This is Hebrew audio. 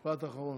משפט אחרון.